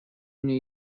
new